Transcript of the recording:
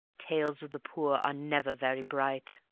tales of the poor are never very bright.